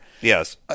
Yes